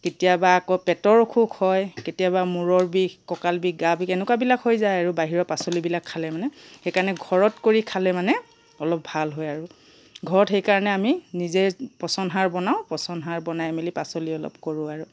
কেতিয়াবা আকৌ পেটৰ অখুখ হয় কেতিয়াবা মূৰৰ বিষ কঁকাল বিষ গা বিষ এনেকুৱাবিলাক হৈ যায় আৰু বাহিৰৰ পাচলিবিলাক খালে মানে সেইকাৰণে ঘৰত কৰি খালে মানে অলপ ভাল হয় আৰু ঘৰত সেইকাৰণে আমি নিজে পচন সাৰ বনাওঁ পচন সাৰ বনাই মেলি পাচলি অলপ কৰোঁ আৰু